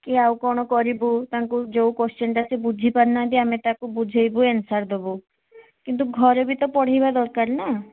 କି ଆଉ କ'ଣ କରିବୁ ତାଙ୍କୁ ଯେଉଁ କୋସ୍ଚିନଟା ସିଏ ବୁଝିପାରୁନାହାନ୍ତି ଆମେ ତାକୁ ବୁଝେଇବୁ ଆନ୍ସର ଦେବୁ କିନ୍ତୁ ଘରେବି ତ ପଢ଼େଇବା ଦରକାର ନା